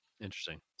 Interesting